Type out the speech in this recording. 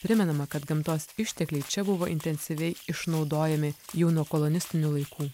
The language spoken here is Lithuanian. primenama kad gamtos ištekliai čia buvo intensyviai išnaudojami jau nuo kolonistinių laikų